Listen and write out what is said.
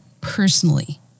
personally